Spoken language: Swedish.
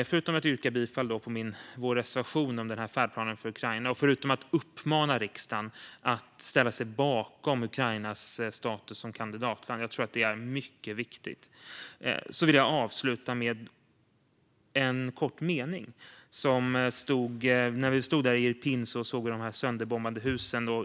Förutom att yrka bifall till vår reservation nummer 6 om en färdplan för Ukraina och förutom att uppmana riksdagen att ställa sig bakom förslaget att ge Ukraina status som kandidatland - jag tror att det är mycket viktigt - vill jag avsluta med en kort mening som jag såg när vi stod i Irpin och såg de sönderbombade husen.